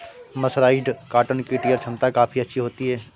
mercerised cotton की tear छमता काफी अच्छी होती है